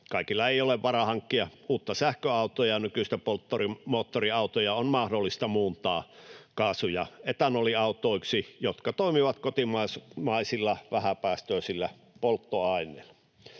Kaikilla ei ole varaa hankkia uutta sähköautoa, ja nykyisiä polttomoottoriautoja on mahdollista muuntaa kaasu- ja etanoliautoiksi, jotka toimivat kotimaisilla vähäpäästöisillä polttoaineilla.